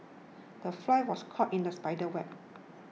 the fly was caught in the spider's web